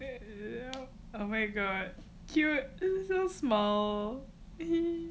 oh my god cute so small